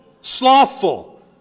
slothful